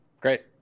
great